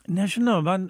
nežinau man